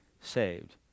saved